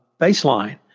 baseline